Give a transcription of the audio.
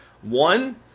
One